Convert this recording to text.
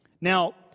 Now